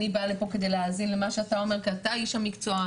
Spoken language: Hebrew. אני באה לפה כדי להאזין למה שאתה אומר כי אתה איש המקצוע.